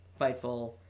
Fightful